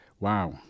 Wow